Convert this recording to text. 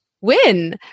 win